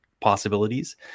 possibilities